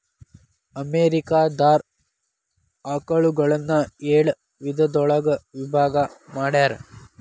America ದಾರ ಆಕಳುಗಳನ್ನ ಏಳ ವಿಧದೊಳಗ ವಿಭಾಗಾ ಮಾಡ್ಯಾರ